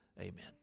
Amen